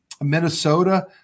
Minnesota